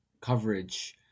coverage